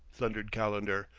thundered calendar,